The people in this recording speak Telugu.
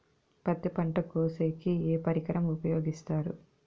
పత్తి పంట కోసేకి ఏ పరికరం ఉపయోగిస్తారు?